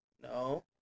No